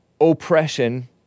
oppression